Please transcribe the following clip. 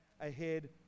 ahead